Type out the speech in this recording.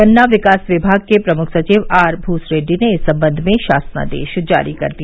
गन्ना विकास विभाग के प्रमुख सचिव आर भूसरेड़डी ने इस संबंध में शासनादेश जारी कर दिया